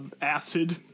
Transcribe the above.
acid